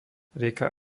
rieka